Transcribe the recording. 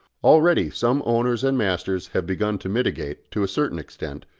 already some owners and masters have begun to mitigate, to a certain extent,